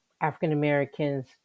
African-Americans